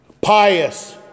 pious